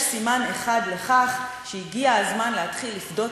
יש סימן אחד לכך שהגיע הזמן להתחיל לפדות